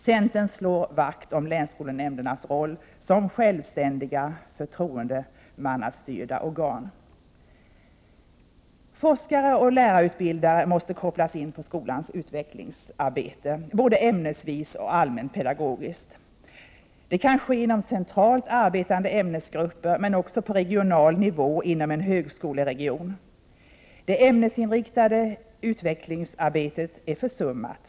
Centern slår vakt om länsskolnämndernas roll som självständiga förtroendemannastyrda organ. Forskare och utbildare av lärare måste kopplas in när det gäller skolans utvecklingsarbete, både inom ämnena och i det allmänpedagogiska arbetet. Detta kan ske inom centralt arbetande ämnesgrupper, men också på regional nivå inom en högskoleregion. Det ämnesinriktade utvecklingsarbetet är försummat.